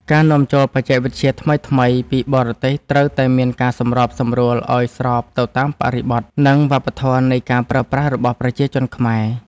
ការនាំចូលបច្ចេកវិទ្យាថ្មីៗពីបរទេសត្រូវតែមានការសម្របសម្រួលឱ្យស្របទៅតាមបរិបទនិងវប្បធម៌នៃការប្រើប្រាស់របស់ប្រជាជនខ្មែរ។